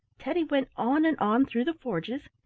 teddy went on and on through the forges,